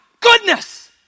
goodness